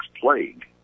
plague